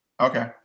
Okay